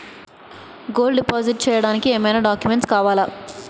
Gold deposit చేయడానికి ఏమైనా documents కావాలా?